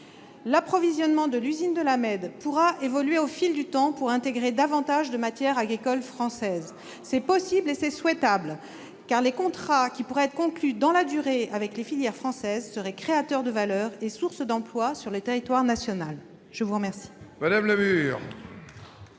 L'approvisionnement de l'usine de La Mède pourra évoluer au fil du temps pour intégrer davantage de matières agricoles françaises : c'est possible et souhaitable, car les contrats qui pourraient être conclus dans la durée avec les filières françaises seraient créateurs de valeur et sources d'emplois sur le territoire national. La parole